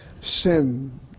sin